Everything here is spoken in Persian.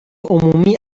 عمومی